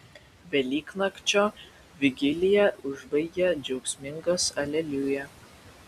velyknakčio vigiliją užbaigia džiaugsmingas aleliuja